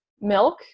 milk